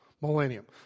millennium